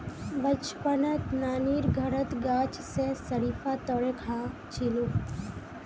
बचपनत नानीर घरत गाछ स शरीफा तोड़े खा छिनु